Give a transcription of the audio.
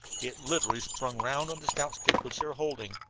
it literally spun round on the stout stick which they were holding.